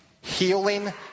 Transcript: healing